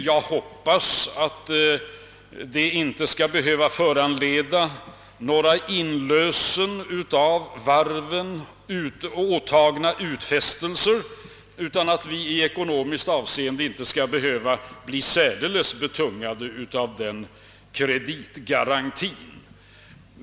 Jag hoppas att detta inte skall behöva föranleda någon inlösen av några utfästelser som varven åtagit sig, utan att vi i ekonomiskt avseende inte skall behöva bli särdeles betungade av denna kreditgaranti.